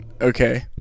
Okay